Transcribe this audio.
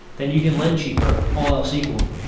then you can lend cheaper, all else equal.